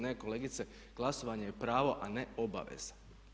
Ne, kolegice, glasovanje je pravo a ne obaveza.